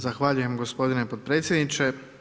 Zahvaljujem gospodine potpredsjedniče.